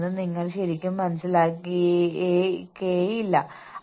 ഒരു ടീം എന്നത് ഒരു ലക്ഷ്യമുള്ള ഒരു ഗ്രൂപ്പാണ്